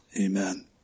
amen